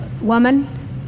woman